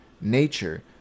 nature